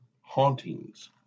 Hauntings